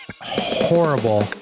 horrible